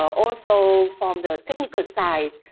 also, from the technical side,